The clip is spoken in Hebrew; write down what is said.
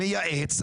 מייעץ,